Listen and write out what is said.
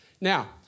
Now